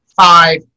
five